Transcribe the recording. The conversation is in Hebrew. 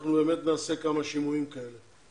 אנחנו באמת נעשה כמה שימועים כאלה.